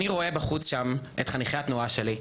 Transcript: אני רואה בחוץ שם את חניכי התנועה שלי,